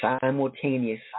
simultaneous